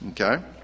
Okay